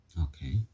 Okay